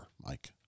Mike